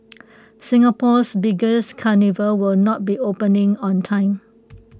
Singapore's biggest carnival will not be opening on time